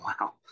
wow